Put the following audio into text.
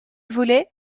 voulait